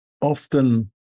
often